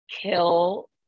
kill